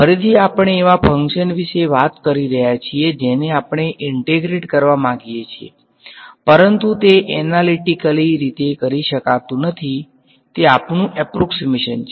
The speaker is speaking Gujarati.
ફરીથી આપણે એવા ફંકશન વિશે વાત કરી રહ્યા છીએ જેને આપણે ઈંટેગ્રેટ કરવા માંગીએ છીએ પરંતુ તે એનાલીટીકલી રીતે કરી શકાતું નથી તે આપણું એપ્રોક્ષીમેશન છે